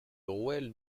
rouelle